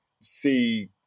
see